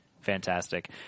Fantastic